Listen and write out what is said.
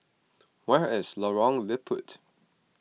where is Lorong Liput